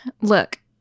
Look